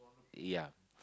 ya